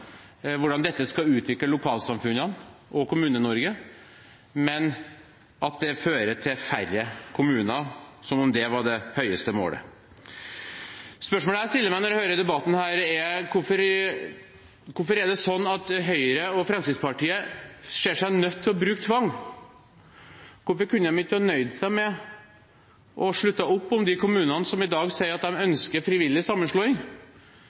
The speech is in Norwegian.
hvordan dette skal utvikle lokalsamfunnene og Kommune-Norge, men at det fører til færre kommuner, som om det var det høyeste målet. Spørsmålet jeg stiller meg når jeg hører debatten her, er: Hvorfor er det sånn at Høyre og Fremskrittspartiet ser seg nødt til å bruke tvang? Hvorfor kunne de ikke ha nøyd seg med å slutte opp om de kommunene som i dag sier at de ønsker frivillig sammenslåing?